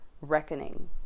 reckoning